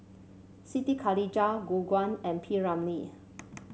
Siti Khalijah Gu Juan and P Ramlee